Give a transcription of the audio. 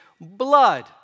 blood